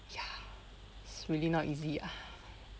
ya really not easy ah